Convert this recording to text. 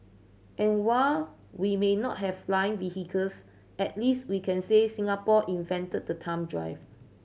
and while we may not have flying at least we can say Singapore invented the thumb drive